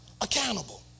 accountable